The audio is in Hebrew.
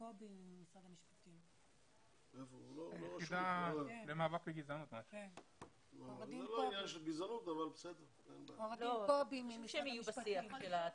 קובי ממשרד